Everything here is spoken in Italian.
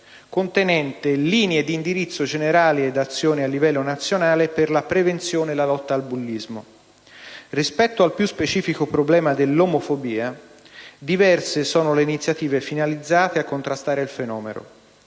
contenente «Linee di indirizzo generali ed azioni a livello nazionale per la prevenzione e la lotta al bullismo». Rispetto al più specifico problema dell'omofobia, diverse sono le iniziative finalizzate a contrastare il fenomeno.